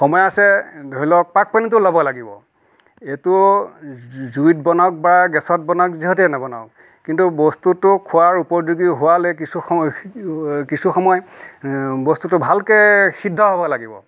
সময় আছে ধৰি লওক পাক পইণ্টো ল'ব লাগিব এইটো জুইত বনাওক বা গেছত বনাওক যিহতেই নবনাওক কিন্তু বস্তুটো খোৱাৰ উপযোগী হোৱালৈ কিছু সময় কিছু সময় বস্তুটো ভালকৈ সিদ্ধ হ'ব লাগিব